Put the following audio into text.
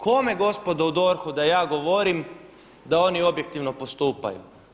Kome, gospodo, u DORH-u da ja govorim da oni objektivno postupaju?